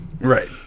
Right